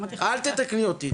אמרתי לך --- אל תתקני אותי,